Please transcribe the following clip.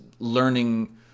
learning